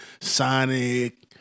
sonic